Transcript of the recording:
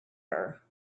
her